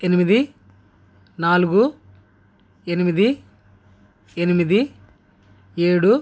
ఎనిమిది నాలుగు ఎనిమిది ఎనిమిది ఏడు